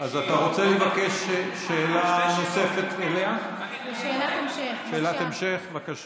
וכן מתוך התבססות על עקרונות של שוויון וצמצום פערים והחובה שלנו לדאוג